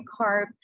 carb